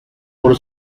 por